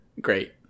Great